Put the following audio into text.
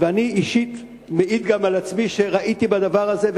ואני אישית מעיד גם על עצמי שראיתי בדבר הזה,